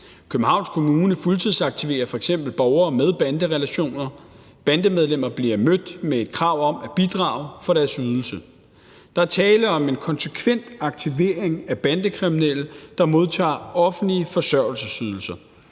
Københavns Kommune fuldtidsaktiverer f.eks. borgere med banderelationer. Bandemedlemmer bliver mødt med et krav om at bidrage for deres ydelse. Der er tale om en konsekvent aktivering af bandekriminelle, der modtager offentlige forsørgelsesydelser.